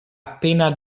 appena